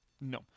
No